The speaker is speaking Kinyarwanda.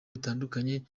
bitandukanye